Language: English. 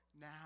now